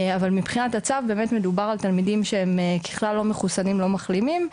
אבל מבחינת הצו באמת מדובר על תלמידים שהם ככלל לא מחוסנים ולא מחלימים,